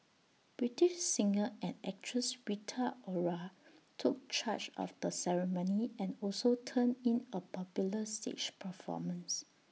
British singer and actress Rita Ora took charge of the ceremony and also turned in A popular stage performance